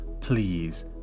please